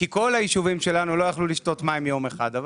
כל היישובים שלנו לא יכלו לשתות מים במשך יום אחד.